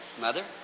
Mother